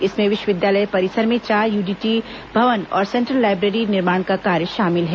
इसमें विश्वविद्यालय परिसर में चार यूटीडी भवन और सेन्ट्रल लाईब्रेरी निर्माण का कार्य शामिल है